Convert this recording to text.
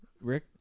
rick